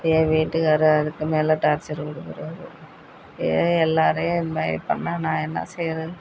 என் வீட்டுக்காரரு அதுக்கு மேலே டார்ச்சர் கொடுக்குறாரு ஏன் எல்லாேரும் என்னை இப்படி பண்ணால் நான் என்ன செய்கிறது